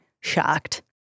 shocked